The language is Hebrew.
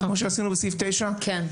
אין אנשים כדי שהמתווה הזה יקרה באזור המרכז.